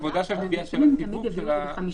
העבודה של הסיווג, של האזורים.